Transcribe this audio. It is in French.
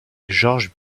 georges